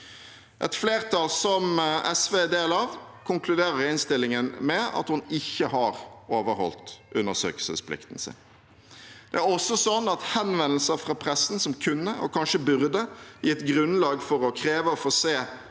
Et flertall, som SV er en del av, konkluderer i innstillingen med at hun ikke har overholdt undersøkelsesplikten sin. Det er også sånn at henvendelser fra pressen som kunne, og kanskje burde, gitt grunnlag for å kreve å få se